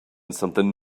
something